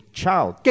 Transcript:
child